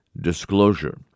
disclosure